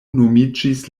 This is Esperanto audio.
nomiĝis